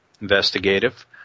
investigative